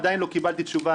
עדיין לא קיבלתי תשובה,